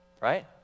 right